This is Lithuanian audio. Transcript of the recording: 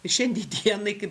i šiandie dienai kai